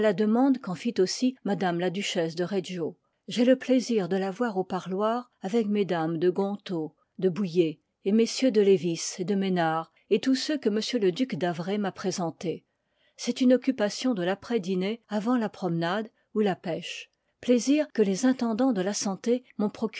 demande qu'en fit aussi m la duchesse de reggio j'ai le plaisir de la voir au parloir avec mesdames de gontaut de bouille et mm de lévis et de mesnard et tous ceux que m le duc d'havré m'a présentés c'est une occupation de laprès dîner avant la promenade ou la pèche plaisirs que les intendans de la santé